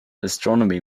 astronomy